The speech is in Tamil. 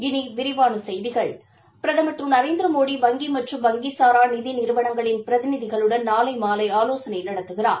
இனி விரிவான செய்திகள் பிரதம் திரு நரேந்திரமோடி வங்கி மற்றும் வங்கிசாரா நிதி நிறுவனங்களின் பிரதிநிதிகளுடன் நாளை மாலை ஆலோசனை நடத்துகிறார்